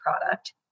product